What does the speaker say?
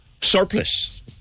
surplus